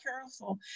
careful